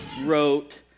wrote